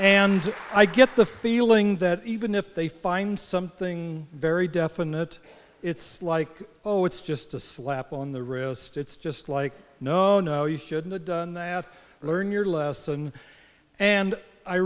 and i get the feeling that even if they find something very definite it's like oh it's just a slap on the wrist it's just like no no you shouldn't have done that learn your lesson and i